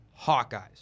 Hawkeyes